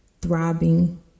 throbbing